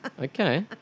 Okay